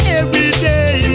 everyday